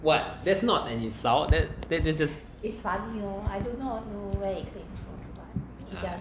what that's not an insult that that that's just ah